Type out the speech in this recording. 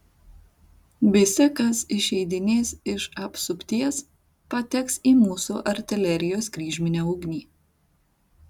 visi kas išeidinės iš apsupties pateks į mūsų artilerijos kryžminę ugnį